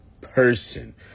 person